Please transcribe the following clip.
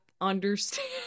understand